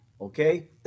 okay